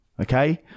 Okay